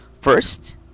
First